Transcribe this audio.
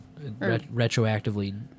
Retroactively